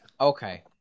Okay